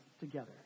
together